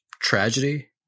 tragedy